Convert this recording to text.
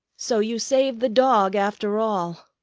so you saved the dog, after all.